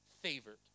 favored